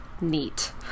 Neat